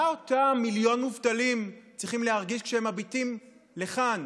מה אותם מיליון מובטלים צריכים להרגיש כשהם מביטים לכאן,